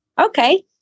Okay